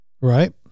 Right